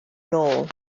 nôl